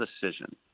decision